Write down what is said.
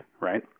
right